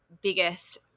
biggest